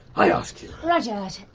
i ask you. rudyard,